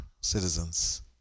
citizens